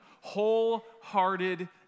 Wholehearted